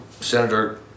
Senator